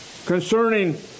Concerning